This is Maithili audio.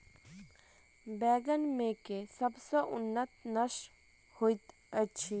बैंगन मे केँ सबसँ उन्नत नस्ल होइत अछि?